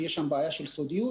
כי יש בעיה של סודיות.